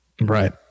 Right